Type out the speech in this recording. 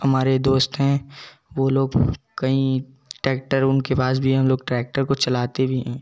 हमारे दोस्त हैं वो लोग कहीं ट्रैक्टर उनकी आवाज भी हम लोग ट्रैक्टर को चलाते भी हैं